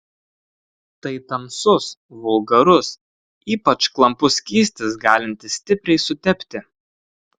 tai tamsus vulgarus ypač klampus skystis galintis stipriai sutepti